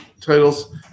titles